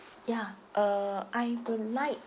ya uh I would like